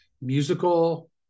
musical